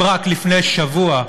אם רק לפני שבוע,